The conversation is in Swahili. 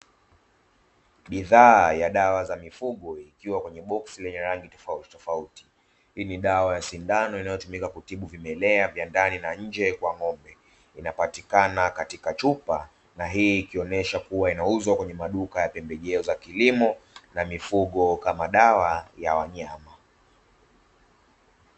Bidhaa ya dawa za mifugo zikiwa katika boksi lenye rangi tofauti tofauti, hii ni dawa ya sindano inayotumika kutibu vimelea vya ndani na nje kwa ng'ombe, inapatikana katika chupa na hii inaonyesha kuwa inauzwa kwenye maduka ya pembejeo za kilimo na mifugo kama dawa ya wanyama.